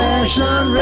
Fashion